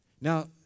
Now